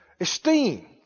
Esteem